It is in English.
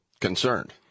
concerned